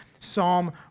Psalm